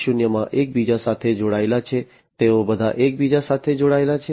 0 માં એકબીજા સાથે જોડાયેલા છે તેઓ બધા એકબીજા સાથે જોડાયેલા છે